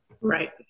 Right